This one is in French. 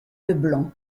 leblanc